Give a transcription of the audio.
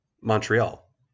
Montreal